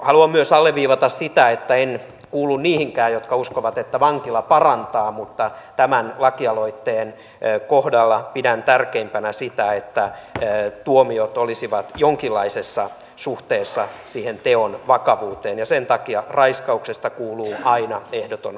haluan myös alleviivata sitä että en kuulu niihinkään jotka uskovat että vankila parantaa mutta tämän lakialoitteen kohdalla pidän tärkeimpänä sitä että tuomiot olisivat jonkinlaisessa suhteessa siihen teon vakavuuteen ja sen takia raiskauksesta kuuluu aina ehdoton vankilatuomio